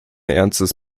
ernstes